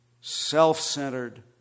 self-centered